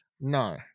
No